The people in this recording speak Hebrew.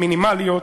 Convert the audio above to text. המינימליות,